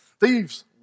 thieves